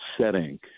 setting